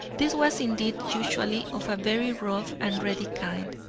this was indeed usually of a very rough and ready kind.